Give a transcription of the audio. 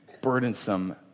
burdensome